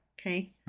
Okay